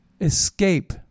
escape